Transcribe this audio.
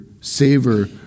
savor